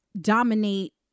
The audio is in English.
dominate